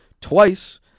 twice